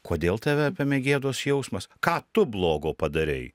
kodėl tave apėmė gėdos jausmas ką tu blogo padarei